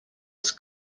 als